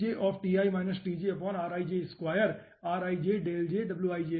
तो हमारे पास है ठीक है